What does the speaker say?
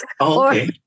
okay